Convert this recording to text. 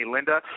Linda